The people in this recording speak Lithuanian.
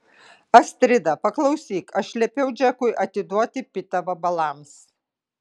astrida paklausyk aš liepiau džekui atiduoti pitą vabalams